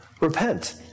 repent